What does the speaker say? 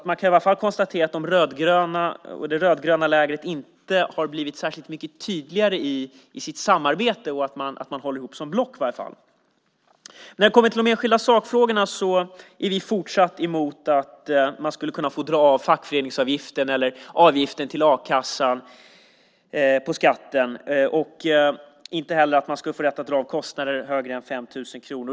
Man kan därför konstatera att det rödgröna lägret inte har blivit särskilt mycket tydligare i sitt samarbete och som block betraktat. När vi kommer till de enskilda sakfrågorna är vi fortsatt emot att man ska kunna dra av fackföreningsavgiften eller avgiften till a-kassan. Man ska inte heller få rätt att dra av kostnader högre än 5 000 kronor.